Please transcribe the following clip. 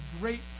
great